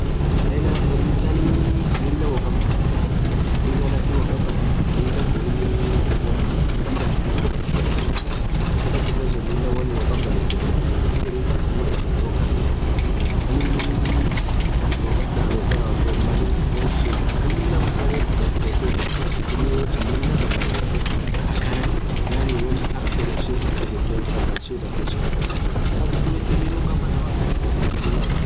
Firizanni Lilah woo khabanesa. firiza akhii woo khabanes firiza khun inin ithi midhase khabaa acha gharaa kas garaaa khas issa suun Lilah won woo khabanesith jirah dhub firiza khun Mal athin woo kas dhabdhu Mal inin atha woo kasdhabethe rawothethu Mal inn wonsun Lilah mida derthu kasthethu inn wonsun Lilah kabanese akhan yaani won akha fedhen sun atha fethu khaban suun akhas dharegetha woathin ithi dhubechfti Lilum khabana woathin harakha kasa futhu Lilah hin khabanau